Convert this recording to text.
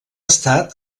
estat